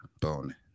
bone